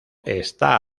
está